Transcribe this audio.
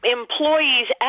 employees